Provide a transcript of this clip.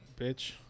bitch